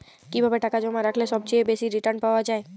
কিভাবে টাকা জমা রাখলে সবচেয়ে বেশি রির্টান পাওয়া য়ায়?